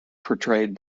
portrayed